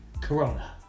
Corona